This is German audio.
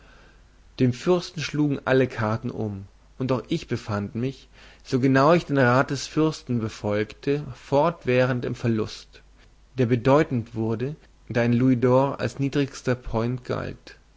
dem fürsten schlugen alle karten um und auch ich befand mich so genau ich den rat des fürsten befolgte fortwährend im verlust der bedeutend wurde da ein louisdor als niedrigster point